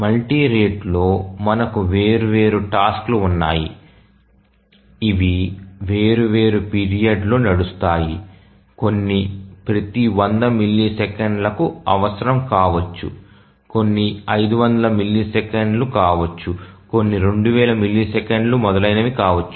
multi రేటులో మనకు వేర్వేరు టాస్క్ లు ఉన్నాయి ఇవి వేర్వేరు పీరియడ్లో నడుస్తాయి కొన్ని ప్రతి 100 మిల్లీసెకన్లకు అవసరం కావచ్చు కొన్ని 500 మిల్లీ సెకన్లు కావచ్చు కొన్ని 2000 మిల్లీ సెకన్లు మొదలైనవి కావచ్చు